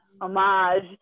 homage